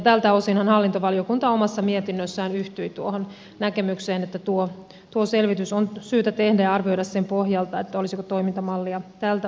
tältä osinhan hallintovaliokunta omassa mietinnössään yhtyi tuohon näkemykseen että tuo selvitys on syytä tehdä ja arvioida sen pohjalta olisiko toimintamallia tältä osin muutettava